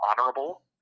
honorable